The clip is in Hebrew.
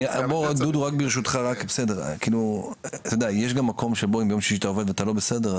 יש גם מקום שבו אם ביום שישי אתה עובד ואתה לא בסדר,